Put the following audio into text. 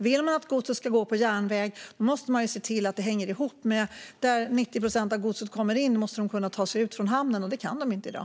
Vill man att godset ska gå på järnväg måste man se till att det hänger ihop. Om 90 procent av godset kommer in i en hamn måste det också gå att transportera därifrån, och det går inte i dag.